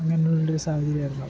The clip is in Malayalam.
അങ്ങനെയുള്ളൊരു സാഹചര്യം ആയിരുന്നു